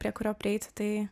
prie kurio prieiti tai